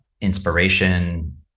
inspiration